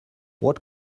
what